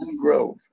Grove